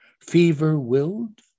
fever-willed